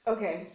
Okay